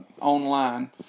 online